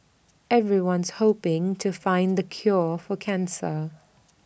everyone's hoping to find the cure for cancer